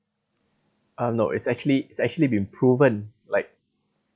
uh no it's actually it's actually been proven like